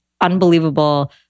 unbelievable